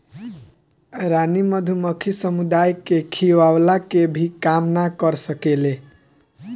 रानी मधुमक्खी समुदाय के खियवला के भी काम ना कर सकेले